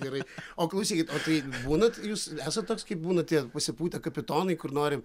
gerai o klausykit tai būnat jūs esat toks kaip būna tie pasipūtę kapitonai kur nori